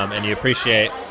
um and you appreciate,